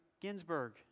Ginsburg